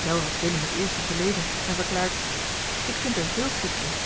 wel had willem het eerste gelezen en verklaard ik vind er veel goeds in